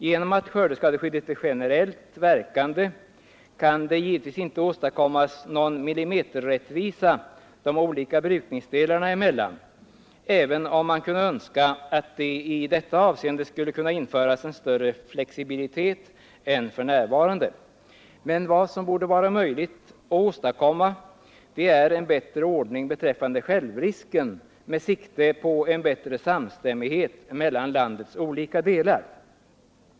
Genom att skördeskadeskyddet är generellt verkande kan det givetvis inte åstadkommas någon millimeterrättvisa de olika brukningsdelarna emellan, även om man kunde önska att det i detta avseende skulle kunna införas en större flexibilitet än för närvarande. Men vad som borde vara möjligt att åstadkomma är en bättre ordning beträffande självrisken med sikte på en bättre samstämmighet mellan landets olika delar.